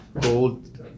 gold